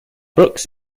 brooks